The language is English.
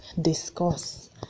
discuss